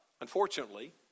unfortunately